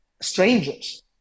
strangers